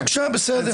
בבקשה, כן.